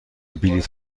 بلیط